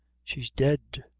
she's dead!